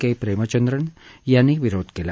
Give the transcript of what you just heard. के प्रेमचंद्रन यांनी विरोध केला